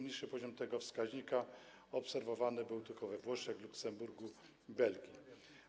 Niższy poziom tego wskaźnika obserwowany był tylko we Włoszech, w Luksemburgu i Belgii.